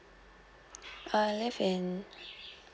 I live in